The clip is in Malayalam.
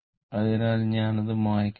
അതിനാൽ ഞാൻ അത് മായ്ക്കട്ടെ